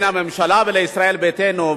מההסכם הקואליציוני בין הממשלה לישראל ביתנו.